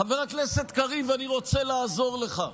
חבר הכנסת קריב, אני רוצה לעזור לך.